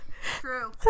True